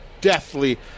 deathly